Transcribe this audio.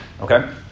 okay